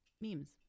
memes